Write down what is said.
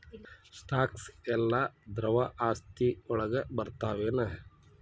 Stocks ಯೆಲ್ಲಾ ದ್ರವ ಆಸ್ತಿ ವಳಗ್ ಬರ್ತಾವೆನ?